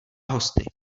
hosty